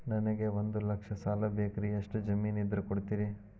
ನನಗೆ ಒಂದು ಲಕ್ಷ ಸಾಲ ಬೇಕ್ರಿ ಎಷ್ಟು ಜಮೇನ್ ಇದ್ರ ಕೊಡ್ತೇರಿ?